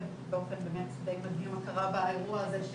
באופן די מדהים באירוע הזה,